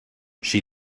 she